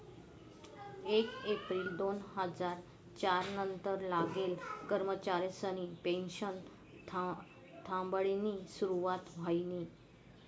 येक येप्रिल दोन हजार च्यार नंतर लागेल कर्मचारिसनी पेनशन थांबाडानी सुरुवात व्हयनी